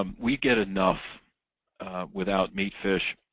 um we get enough without meat, fish,